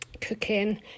cooking